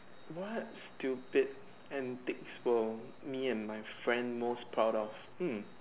what stupid antics for me and my friends most proud of hmm